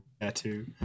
tattoo